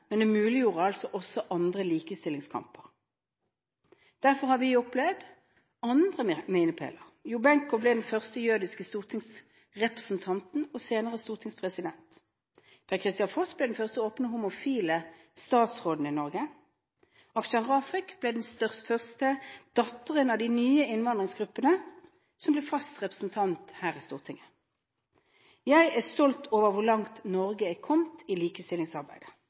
muliggjorde også andre likestillingskamper. Derfor har vi opplevd andre milepæler. Jo Benkow ble den første jødiske stortingsrepresentanten og senere også stortingspresident. Per-Kristian Foss ble den første åpne homofile statsråden i Norge. Afshan Rafiq ble den første kvinnen fra de nye innvandringsgruppene som ble fast representant her i Stortinget. Jeg er stolt av hvor langt Norge har kommet i likestillingsarbeidet.